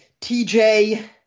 TJ